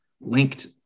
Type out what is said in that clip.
linked